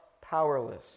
powerless